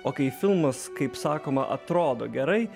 o kai filmas kaip sakoma atrodo gerai